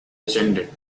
descended